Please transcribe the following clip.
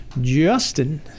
Justin